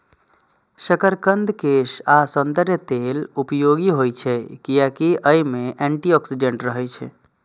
शकरकंद केश आ सौंदर्य लेल उपयोगी होइ छै, कियैकि अय मे एंटी ऑक्सीडेंट रहै छै